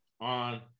on